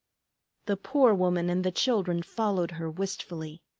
the poor woman and the children followed her wistfully.